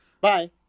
Bye